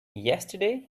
yesterday